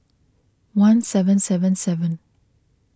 one seven seven seven